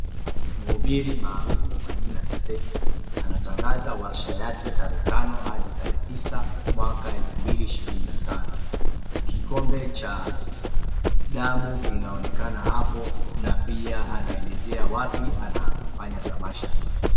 Mhubiri maarufu kwa jina Ezekiel anatangaza warsha yake tarehe tano hadi tarehe tisa mwaka elfu mbili ishirini na tano. Kikombe cha damu kinaonekana hapo na pia anaelezea wapi anafanya tamasha hilo.